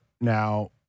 now